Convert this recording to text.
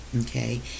okay